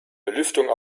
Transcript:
belüftung